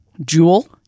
Jewel